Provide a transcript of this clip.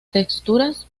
texturas